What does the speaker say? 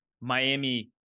Miami